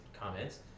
comments